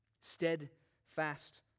Steadfast